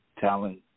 talent